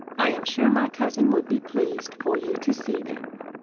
i am sure my cousin would be pleased for you to see them.